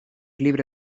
libre